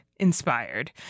inspired